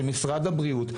של משרד הבריאות,